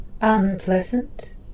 Unpleasant